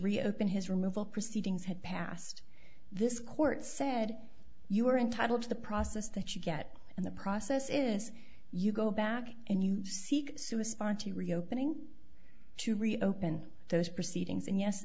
reopen his removal proceedings had passed this court said you are entitled to the process that you get and the process is you go back and you seek sue aspired to reopening to reopen those proceedings and yes